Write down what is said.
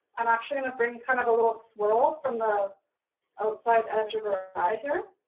i'm actually gonna bring, kind of a little swirl from the outside edge of her eye here.